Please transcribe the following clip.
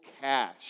cash